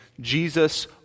Jesus